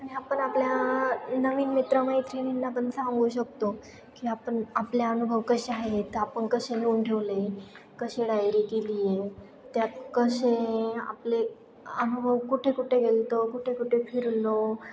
आणि आपण आपल्या नवीन मित्रमैत्रिणींना पण सांगू शकतो की आपण आपल्या अनुभव कसे आहे तर आपण कसे लिहून ठेवले कसे डायरी केली आहे त्यात कसे आपले अनुभव कुठे कुठे गेलो होतो कुठे कुठे फिरलो